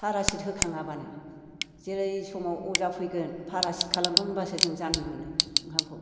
parasite होखाङाबानो जेरै समाव अजा फैगोन पारायसिट खालामगोन होनबासो जों जानो मोनो ओंखामखौ